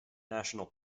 national